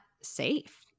safe